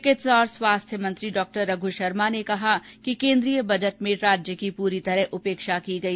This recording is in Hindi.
चिकित्सा और स्वास्थ्य मंत्री डॉ रघु शर्मा ने कहा कि केन्द्रीय बजट में राज्य की पूरी तरह उपेक्षा की गई